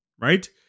right